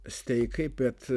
steikai bet